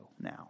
now